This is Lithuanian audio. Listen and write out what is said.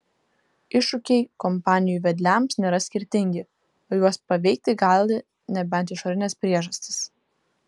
iššūkiai kompanijų vedliams nėra skirtingi o juos paveikti gali nebent išorinės priežastys